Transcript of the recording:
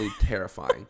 terrifying